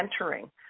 entering